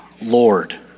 Lord